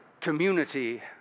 community